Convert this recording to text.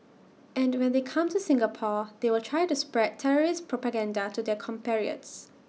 and when they come to Singapore they will try to spread terrorist propaganda to their compatriots